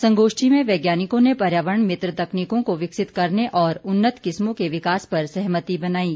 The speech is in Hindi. संगोष्ठी में वैज्ञानिकों ने पर्यावरण मित्र तकनीकों को विकसित करने और उन्नत किस्मों के विकास पर सहमति बनीं